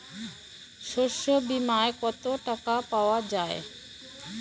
শস্য বিমায় কত টাকা পাওয়া যায়?